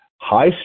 High